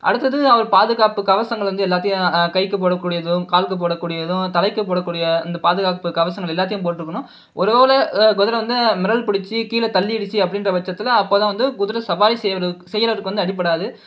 அடுத்தது அவர் பாதுகாப்பு கவசங்கள் வந்து எல்லாத்தையும் கைக்குப் போடக்கூடியதும் காலுக்குப் போடக்கூடியதும் தலைக்குப் போடக்கூடிய அந்த பாதுகாப்பு கவசங்கள் எல்லாத்தையும் போட்டிருக்கணும் ஒரு வேளை குதிரை வந்து மிரள் பிடித்து கீழே தள்ளிடுச்சு அப்படிங்கிறபட்சத்தில் அப்போ தான் வந்து குதிரை சவாரி செய்கிறது செய்கிறதுக்கு வந்து அடிபடாது